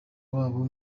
wabo